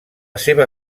seva